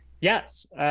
Yes